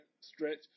stretch